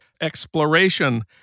exploration